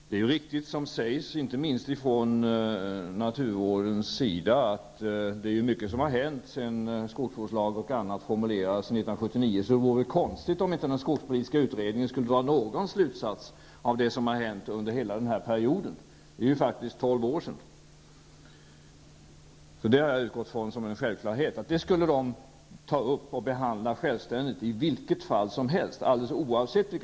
Det är ju riktigt, som sägs inte minst från naturvårdens sida, att mycket har hänt sedan skogsvårdslag och annat formulerades 1979. Det vore konstigt om den skogspolitiska utredningen inte skulle dra någon slutsats av det som har hänt under hela denna period, som faktiskt omfattar tolv år. Jag har utgått från att det är en självklarhet att de under alla förhållanden skulle behandla detta, oavsett vilken slutsats arbetsgruppen hade kommit fram till.